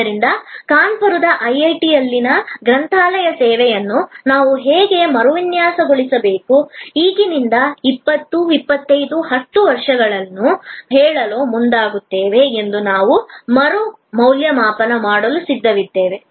ಆದ್ದರಿಂದ ಕಾನ್ಪುರದ ಐಐಟಿಯಲ್ಲಿ ಗ್ರಂಥಾಲಯ ಸೇವೆಯನ್ನು ನಾವು ಹೇಗೆ ಮರುವಿನ್ಯಾಸಗೊಳಿಸಬೇಕು ಈಗಿನಿಂದ 20 25 10 ವರ್ಷಗಳನ್ನು ಹೇಳಲು ಮುಂದಾಗುತ್ತೇವೆ ಎಂದು ನಾವು ಮರು ಮೌಲ್ಯಮಾಪನ ಮಾಡಲು ಬಯಸಿದ್ದೇವೆ